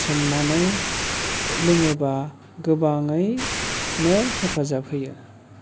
सोमनानै लोङोब्ला गोबाङैनो हेफाजाब होयो